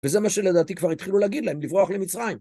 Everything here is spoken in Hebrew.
וזה מה שלדעתי כבר התחילו להגיד להם, לברוח למצרים.